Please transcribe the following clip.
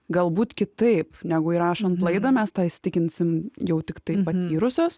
galbūt kitaip negu įrašant laidą mes tą įsitikinsim jau tiktai patyrusios